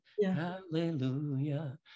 Hallelujah